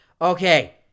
Okay